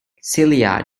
celia